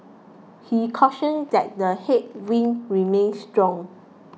he cautioned that the headwinds remain strong